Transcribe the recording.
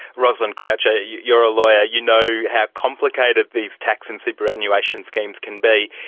rosalind croucher, you're a lawyer, you know how complicated these tax and superannuation schemes can be.